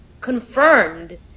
confirmed